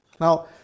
Now